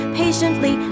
patiently